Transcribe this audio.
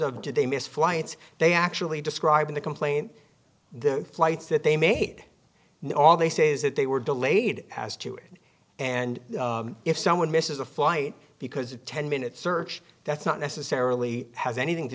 of did they miss flights they actually describe in the complaint the flights that they made not all they say is that they were delayed as to it and if someone misses a flight because a ten minute search that's not necessarily has anything to